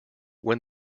when